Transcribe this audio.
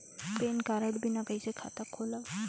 Pan card बिना कइसे खाता खोलव?